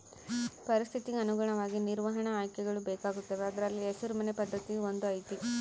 ಪರಿಸ್ಥಿತಿಗೆ ಅನುಗುಣವಾಗಿ ನಿರ್ವಹಣಾ ಆಯ್ಕೆಗಳು ಬೇಕಾಗುತ್ತವೆ ಅದರಲ್ಲಿ ಹಸಿರು ಮನೆ ಪದ್ಧತಿಯೂ ಒಂದು ಐತಿ